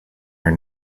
are